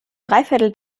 dreiviertel